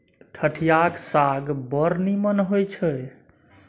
ठढियाक साग बड़ नीमन होए छै